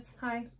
hi